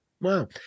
Wow